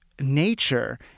nature